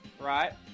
Right